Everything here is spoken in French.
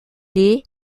les